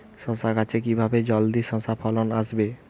শশা গাছে কিভাবে জলদি শশা ফলন আসবে?